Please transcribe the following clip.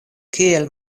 kiel